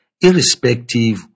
irrespective